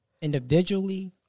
Individually